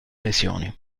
lesioni